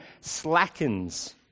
slackens